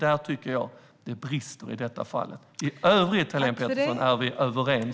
Där tycker jag att det brister i detta fall. I övrigt, Helene Petersson, är vi överens.